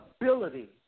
ability